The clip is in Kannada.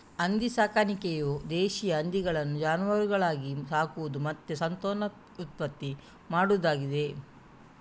ಹಂದಿ ಸಾಕಾಣಿಕೆಯು ದೇಶೀಯ ಹಂದಿಗಳನ್ನ ಜಾನುವಾರುಗಳಾಗಿ ಸಾಕುದು ಮತ್ತೆ ಸಂತಾನೋತ್ಪತ್ತಿ ಮಾಡುದಾಗಿದೆ